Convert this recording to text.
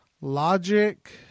logic